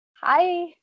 Hi